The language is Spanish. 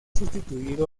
sustituido